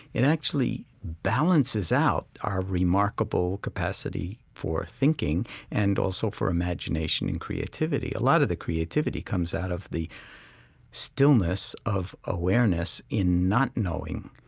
it actually balances out our remarkable capacity for thinking and also for imagination and creativity. a lot of the creativity comes out of the stillness of awareness in not knowing.